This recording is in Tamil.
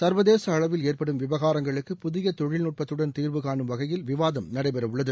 சர்வதேச அளவில் ஏற்படும் விவகாரங்களுக்கு புதிய தொழில்நுட்பத்துடன் தீர்வுகானும் வகையில் விவாதம் நடைபெற உள்ளது